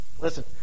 Listen